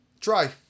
try